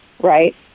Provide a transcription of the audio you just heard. right